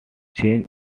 changes